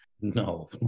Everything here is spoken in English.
No